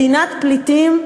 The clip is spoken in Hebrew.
מדינת פליטים,